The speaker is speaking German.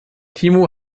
timo